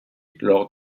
lors